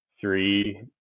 three